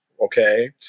Okay